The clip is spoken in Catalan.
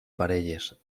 parelles